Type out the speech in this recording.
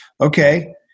okay